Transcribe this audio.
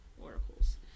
oracles